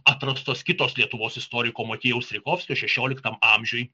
atrastos kitos lietuvos istoriko motiejaus strijkovskio šešioliktam amžiuj